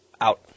out